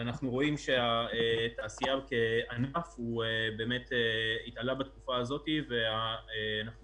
אנחנו רואים שהתעשייה כענף באמת התעלה בתקופה הזו ואנחנו